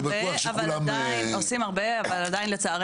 אבל עדיין לצערנו,